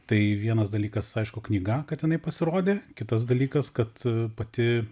tai vienas dalykas aišku knyga kad jinai pasirodė kitas dalykas kad pati